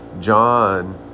John